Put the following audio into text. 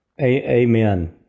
Amen